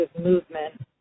movement